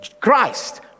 Christ